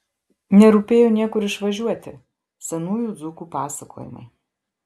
nerūpėjo niekur išvažiuoti senųjų dzūkų pasakojimai